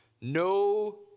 No